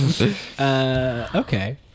Okay